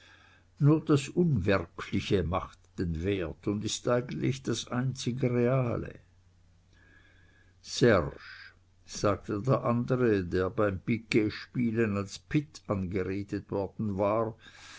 nur das unwirkliche macht den wert und ist eigentlich das einzig reale serge sagte der andere der beim piquetspielen als pitt angeredet worden war